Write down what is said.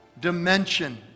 dimension